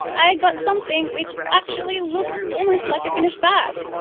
i got something which actually looked almost like a finished bag!